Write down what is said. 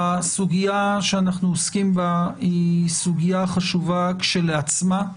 הסוגיה שאנחנו עוסקים בה היא סוגיה חשובה לכשעצמה,